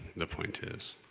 the point is.